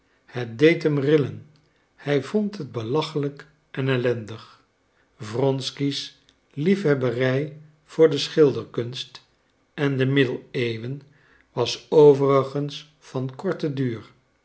het deed hem rillen hij vond het belachelijk en ellendig wronsky's liefhebberij voor de schilderkunst en de middeleeuwen was overigens van korten duur